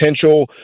potential